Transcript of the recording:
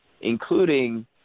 including